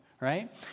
right